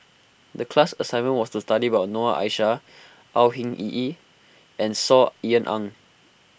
the class assignment was to study about Noor Aishah Au Hing Yee and Saw Ean Ang